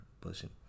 person